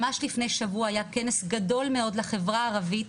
ממש לפני שבוע היה כנס גדול מאוד לחברה הערבית,